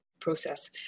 process